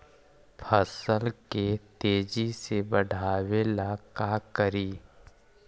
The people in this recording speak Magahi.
फसल के तेजी से बढ़ाबे ला का करि?